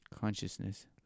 Consciousness